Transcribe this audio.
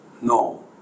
No